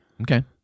Okay